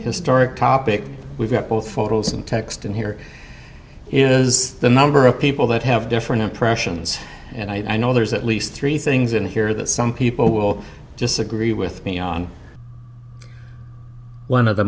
historic topic we've got both photos and text in here is the number of people that have different impressions and i know there's at least three things in here that some people will disagree with me on one of the